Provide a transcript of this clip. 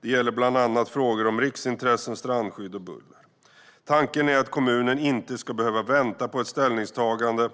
Det gäller bland annat frågor om riksintressen, strandskydd och buller. Tanken är att kommunen inte ska behöva vänta på ett ställningstagande